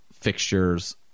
fixtures